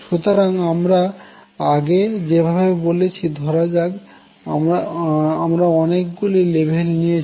সুতরাং আমরা আগে যেভাবে বলেছি ধরা যাক আমরা অনেক গুলি লেভেল নিয়েছি